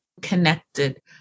connected